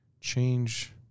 change